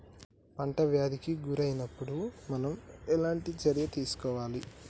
పంట వ్యాధి కి గురి అయినపుడు మనం ఎలాంటి చర్య తీసుకోవాలి?